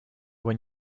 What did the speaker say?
when